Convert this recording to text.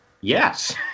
yes